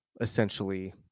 essentially